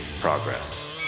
Progress